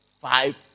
five